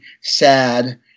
sad